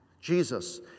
Jesus